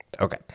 Okay